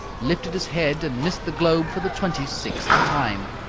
lifted his head, and missed the globe for the twenty-sixth time.